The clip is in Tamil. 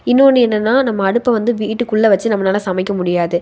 இன்னொன்று என்னன்னா நம்ம அடுப்பை வந்து வீட்டுக்குள்ளே வைச்சு நம்மளால் சமைக்க முடியாது